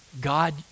God